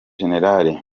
general